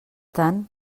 tant